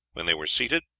when they were seated,